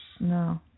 No